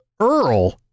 Earl